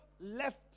left